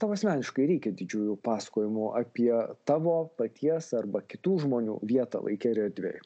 tau asmeniškai reikia didžiųjų pasakojimų apie tavo paties arba kitų žmonių vietą laike ir erdvėj